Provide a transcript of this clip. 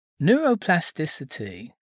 Neuroplasticity